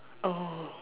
oh